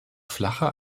flacher